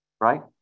right